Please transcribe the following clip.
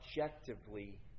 objectively